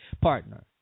partner